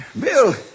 Bill